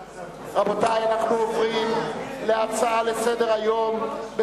אנחנו עוברים להצעות לסדר-היום מס' 3747 ו-3748,